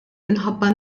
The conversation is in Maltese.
minħabba